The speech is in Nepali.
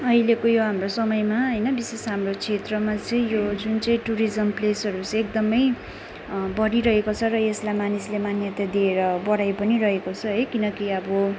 अहिलेको यो हाम्रो समयमा होइन विशेष हाम्रो क्षेत्रमा चाहिँ यो जुन चाहिँ टुरिज्म प्लेसहरू चाहिँ एकदमै बढिरहेको छ र यसलाई मानिसले मान्यता दिएर बढाइ पनि रहेको छ है किनकि अब